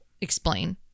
explain